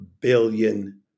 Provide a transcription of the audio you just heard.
billion